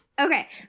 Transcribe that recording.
Okay